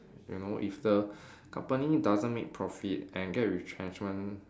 you know if the company doesn't make profit and get retrenchment